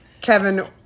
Kevin